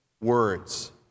words